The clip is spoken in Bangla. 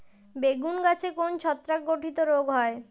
বেগুন গাছে কোন ছত্রাক ঘটিত রোগ হয়?